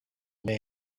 still